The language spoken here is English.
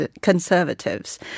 conservatives